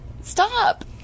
Stop